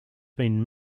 been